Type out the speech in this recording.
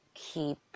Keep